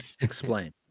explain